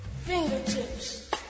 Fingertips